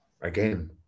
Again